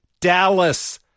Dallas